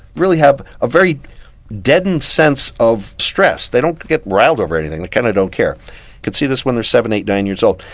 really have a very deadened sense of stress, they don't get riled over anything, they kind of don't care. you can see this when they're seven, eight, nine years old.